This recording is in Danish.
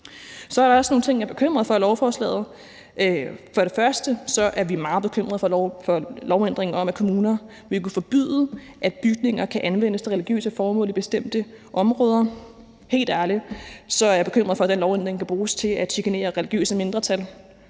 jeg er bekymret for. Først og fremmest er vi meget bekymrede for lovændringen om, at kommuner vil kunne forbyde, at bygninger kan anvendes til religiøse formål i bestemte områder. Helt ærligt er jeg bekymret for, at den lovændring kan bruges til at chikanere religiøse mindretal.